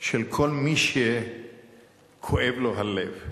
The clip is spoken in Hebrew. של כל מי שכואב לו הלב.